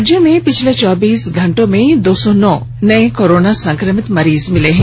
राज्य में पिछले चौबीस घंटे में दो सौ नौ नये कोरोना संक्रमित मरीज मिले है